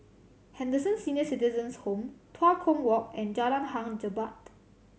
Henderson Senior Citizens' Home Tua Kong Walk and Jalan Hang Jebat